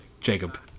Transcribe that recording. Jacob